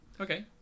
okay